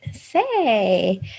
say